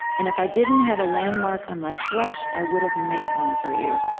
and if i didn't have a landmark on my flesh, i would've made one for you,